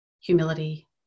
humility